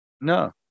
No